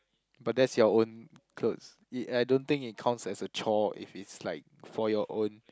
but that's your own clothes it I don't think it counts as a chore if it's like for your own